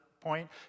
point